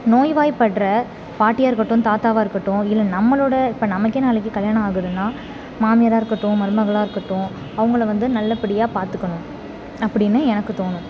நோய்வாய்ப்படுற பாட்டியாக இருக்கட்டும் தாத்தாவாக இருக்கட்டும் இல்லை நம்மளோடய இப்போ நமக்கே நாளைக்கு கல்யாணம் ஆகுதுன்னால் மாமியாராக இருக்கட்டும் மருமகளாக இருக்கட்டும் அவங்கள வந்து நல்லபடியா பார்த்துக்கணும் அப்படின்னு எனக்கு தோணும்